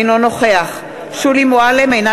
אינו נוכח שולי מועלם-רפאלי,